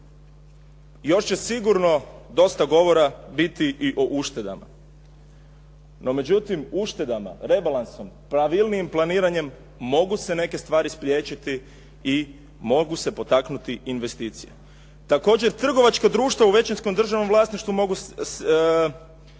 Još će sigurno dosta govora biti i o uštedama. N0o međutim, uštedama, rebalansom, pravilnijim planiranjem mogu se neke stvari spriječiti i mogu se potaknuti investicije. Također, trgovačka društva u većinskom državnom vlasništvu mogu